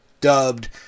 dubbed